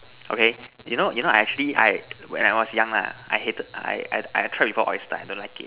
okay you know you know I actually I when I was young lah I hated I tried before oyster I don't like it